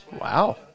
Wow